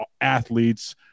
athletes